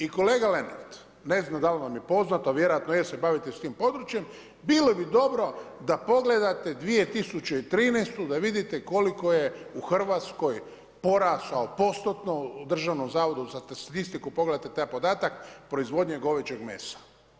I kolega Lenart, ne znam da li vam je poznato, ali vjerojatno je jer se bavite s tim područjem, bilo bi dobro da pogledate 2013. da vidite koliko je u Hrvatskoj porastao postotno u Državnom zavodu za statistiku pogledate taj podatak proizvodnja goveđeg mesa.